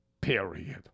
period